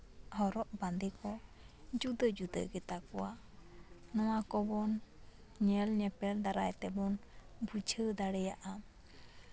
ᱦᱚᱨᱚᱜ ᱵᱟᱫᱮᱸ ᱠᱚ ᱡᱩᱫᱟᱹ ᱡᱩᱫᱟᱹ ᱜᱮᱛᱟ ᱠᱚᱣᱟ ᱱᱚᱣᱟ ᱠᱚᱵᱚᱱ ᱧᱮᱞ ᱧᱮᱯᱮᱞ ᱫᱟᱨᱟᱭ ᱛᱮᱵᱚᱱ ᱵᱩᱡᱷᱟᱹᱣ ᱫᱟᱲᱮᱭᱟᱜᱼᱟ